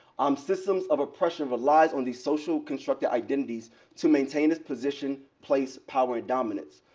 um systems of oppression relies on these social constructed identities to maintain its position, place, power, dominance.